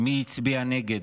מי הצביע נגד,